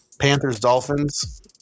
Panthers-Dolphins